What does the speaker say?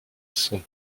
sont